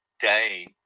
day